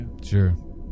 sure